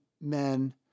men